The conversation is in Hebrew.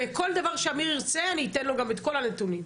וכל דבר שאמיר ירצה, אני אתן לו את כל הנתונים.